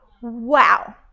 Wow